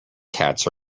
cats